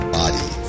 body